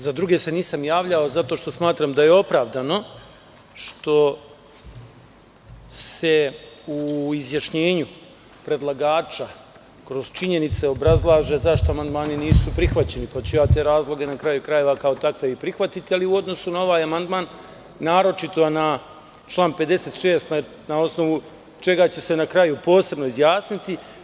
Za druge se nisam javljao zato što smatram da je opravdano što se u izjašnjenju predlagača kroz činjenice obrazlaže zašto amandmani nisu prihvaćeni, pa ću te razloge, na kraju krajeva, kao takve i prihvatiti u odnosu na ovaj amandman, naročito na član 56. na osnovu čega će se na kraju posebno izjasniti.